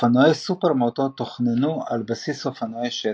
אופנועי סופרמוטו תוכננו על בסיס אופנועי שטח,